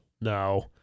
No